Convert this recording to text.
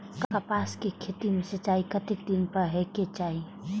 कपास के खेती में सिंचाई कतेक दिन पर हेबाक चाही?